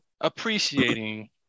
appreciating